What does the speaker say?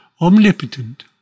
omnipotent